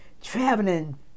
traveling